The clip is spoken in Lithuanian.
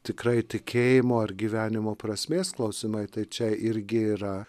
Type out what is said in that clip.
tikrai tikėjimo ar gyvenimo prasmės klausimai tai čia irgi yra